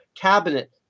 cabinet